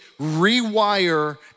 rewire